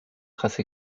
traces